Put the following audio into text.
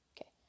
Okay